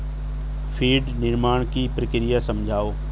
feed निर्माण की प्रक्रिया समझाओ